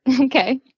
Okay